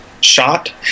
shot